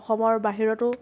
অসমৰ বাহিৰতো